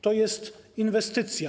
To jest inwestycja.